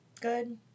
good